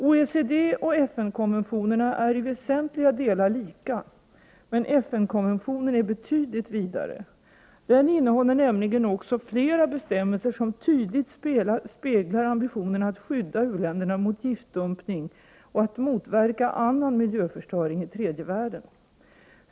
OECD och FN-konventionerna är i väsentliga delar lika, men FN konventionen är betydligt vidare. Den innehåller nämligen också flera bestämmelser som tydligt speglar ambitionerna att skydda u-länderna mot giftdumpning och att motverka annan miljöförstöring i tredje världen.